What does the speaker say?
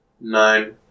Nine